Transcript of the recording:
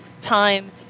time